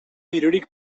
dirurik